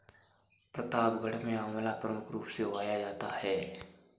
प्रतापगढ़ में आंवला प्रमुख रूप से उगाया जाता है